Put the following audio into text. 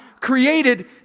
created